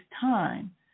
time